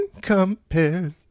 compares